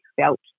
felt